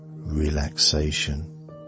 Relaxation